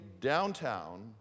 downtown